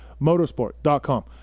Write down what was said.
motorsport.com